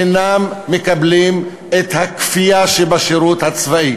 אינם מקבלים את הכפייה שבשירות הצבאי.